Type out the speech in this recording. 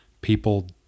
people